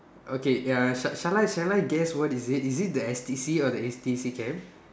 okay ya shall shall I shall I guess what is it is it the S_T_C or the H_T_C camp